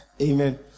amen